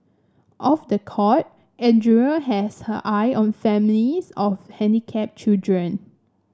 off the court Andrea has her eye on families of handicapped children